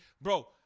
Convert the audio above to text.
Bro